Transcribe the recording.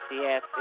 Yes